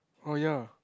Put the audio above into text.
oh ya